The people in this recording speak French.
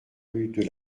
rue